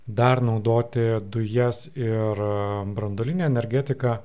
dar naudoti dujas ir branduolinę energetiką